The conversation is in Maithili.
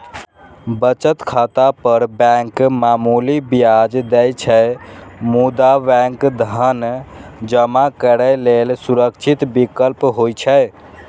बचत खाता पर बैंक मामूली ब्याज दै छै, मुदा बैंक धन जमा करै लेल सुरक्षित विकल्प होइ छै